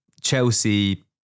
Chelsea